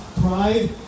pride